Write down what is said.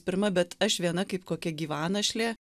pirma bet aš viena kaip kokia gyvanašlė